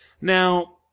Now